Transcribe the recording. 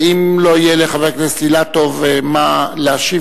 ואם לא יהיה לחבר הכנסת אילטוב מה להשיב